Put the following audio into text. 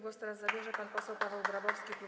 Głos teraz zabierze pan poseł Paweł Grabowski, klub